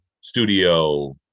studio